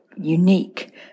unique